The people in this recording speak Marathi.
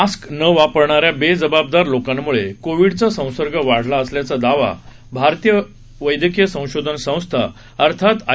मास्क न वापरणाऱ्या बेजबाबदार लोकांमुळे कोविडचा संसर्ग वाढला असल्याचा दावा भारतीय वद्वयकीय संशोधन संस्था अर्थात आय